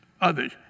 others